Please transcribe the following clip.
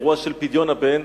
אירוע של פדיון הבן,